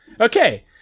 okay